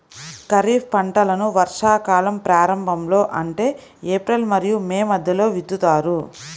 ఖరీఫ్ పంటలను వర్షాకాలం ప్రారంభంలో అంటే ఏప్రిల్ మరియు మే మధ్యలో విత్తుతారు